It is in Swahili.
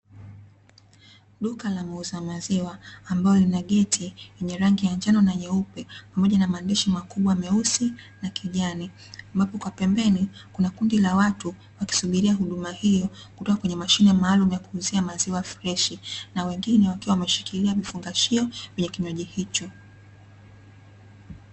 Duka la muuza maziwa ambalo lina geti lenye rangi ya njano na nyeupe pamoja na maandishi makubwa meusi na kijani, ambapo kwa pembeni kuna kundi la watu wakisubiria huduma hiyo kutoka kwenye mashine maalumu ya kuuzia maziwa freshi na wengine wakiwa wameshikilia vifungashio vyenye kinywaji hicho.